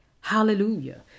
Hallelujah